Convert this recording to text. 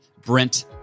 Brent